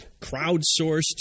crowdsourced